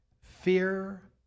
fear